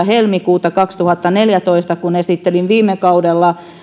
helmikuuta kaksituhattaneljätoista kun esittelin viime kaudella